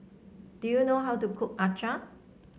do you know how to cook acar